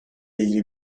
ilgili